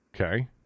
Okay